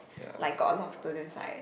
like got a lot of students right